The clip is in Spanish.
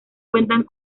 cuentan